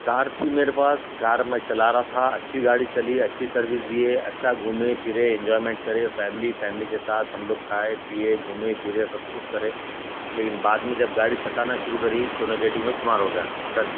کار تھی میرے پاس کار میں چلا رہا تھا اچھی گاڑی چلی اچھی سروس دیے اچھا گھومے پھرے انجوائمنٹ کرے فیملی ف یملی کے ساتھ ہم لوگ کھایے پیے گھومے پھرے سب کچھ کرے لیکن بعد میں جب گاڑی ستانا شروع کری تو نگیٹیو میں شمار ہو گیا ڈن